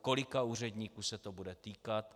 Kolika úředníků se to bude týkat?